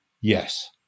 Yes